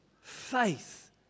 Faith